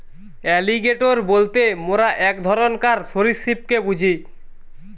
alligator বলতে মোরা এক ধরণকার সরীসৃপকে বুঝি